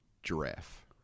giraffe